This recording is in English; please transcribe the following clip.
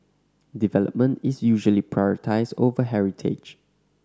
development is usually prioritised over heritage